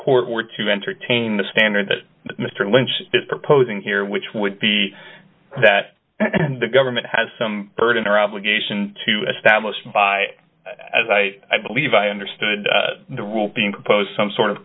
court were to entertain the standard that mr lynch is proposing here which would be that the government has some burden or obligation to establish by as i believe i understood the rule being proposed some sort of